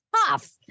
tough